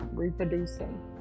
reproducing